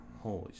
holy